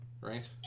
Right